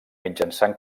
mitjançant